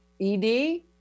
ED